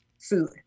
food